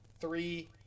three